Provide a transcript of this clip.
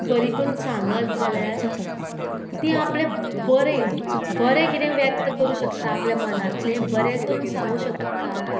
बरी करून सांगत जाल्यार ती आपलें बरें बरें किदें व्यक्त करूं शकता आपल्या मनांतलें बरें करून सांगू शकता